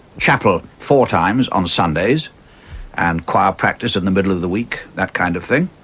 chapel four times on sundays and choir practice in the middle of the week, that kind of thing.